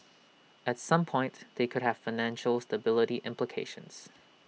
at some point they could have financial stability implications